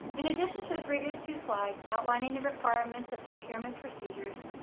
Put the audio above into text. in addition to the previous two slides outlining the requirements of procurement procedures,